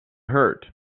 hurt